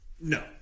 No